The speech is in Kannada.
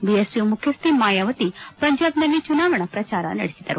ಬಿಎಸ್ಪಿ ಮುಖ್ಯಸ್ವ ಮಾಯಾವತಿ ಪಂಜಾಬ್ನಲ್ಲಿ ಚುನಾವಣಾ ಪ್ರಚಾರ ನಡೆಸಿದರು